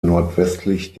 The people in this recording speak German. nordwestlich